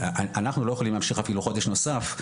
אנחנו לא יכולים להמשיך אפילו חודש נוסף,